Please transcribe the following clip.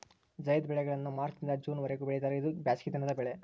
ಝೈದ್ ಬೆಳೆಗಳನ್ನಾ ಮಾರ್ಚ್ ದಿಂದ ಜೂನ್ ವರಿಗೂ ಬೆಳಿತಾರ ಇದು ಬ್ಯಾಸಗಿ ದಿನದ ಬೆಳೆ